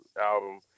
album